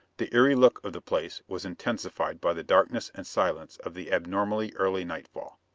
the eery look of the place was intensified by the darkness and silence of the abnormally early nightfall.